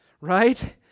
right